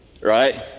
right